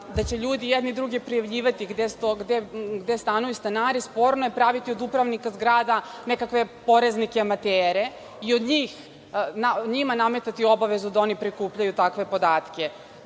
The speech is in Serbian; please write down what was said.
da će ljudi jedni druge prijavljivati gde stanuju stanari, sporno je praviti od upravnika zgrada nekakve poreznike amatere i njima nametati obavezu da oni prikupljaju takve podatke.